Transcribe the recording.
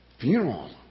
funeral